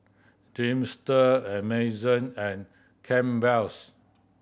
Dreamster Amazon and Campbell's